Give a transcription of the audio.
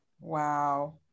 Wow